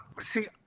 See